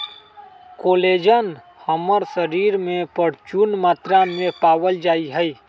collagen हमर शरीर में परचून मात्रा में पावल जा हई